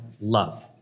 love